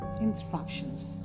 instructions